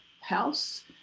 house